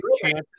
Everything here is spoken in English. chances